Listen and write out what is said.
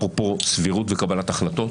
אפרופו סבירות וקבלת החלטות,